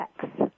sex